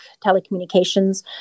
telecommunications